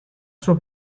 sua